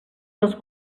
les